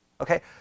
Okay